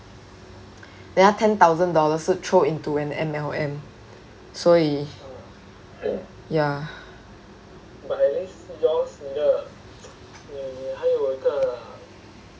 then 他 ten thousand dollars 是 throw into an M_L_M 所以 ya